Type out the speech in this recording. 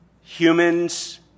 Humans